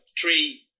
three